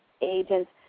agents